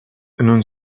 non